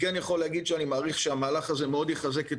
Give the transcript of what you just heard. אני יכול להגיד שאני מעריך שהמהלך הזה מאוד יחזק את